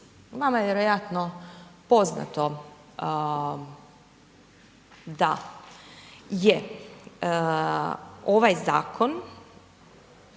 Vama je vjerojatno poznato da je ovaj zakon